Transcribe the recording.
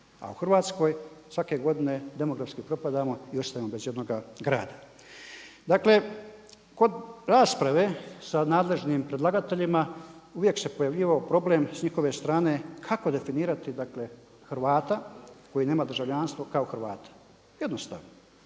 a u Hrvatskoj svake godine demografski propadamo i ostajemo bez jednoga grada. Dakle kod rasprave sa nadležnim predlagateljima uvijek se pojavljivao problem sa njihove strane kako definirati dakle Hrvata koji nema državljanstvo kao Hrvata. Jednostavno,